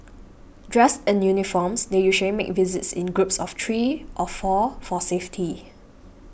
dressed in uniforms they usually make visits in groups of three of four for safety